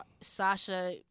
Sasha